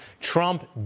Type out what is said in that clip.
Trump